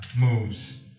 moves